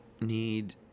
need